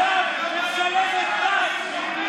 שלהבת פס זה